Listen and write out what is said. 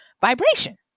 vibration